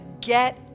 get